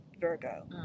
Virgo